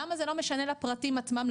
למה זה לא משנה לפרטים עצמם,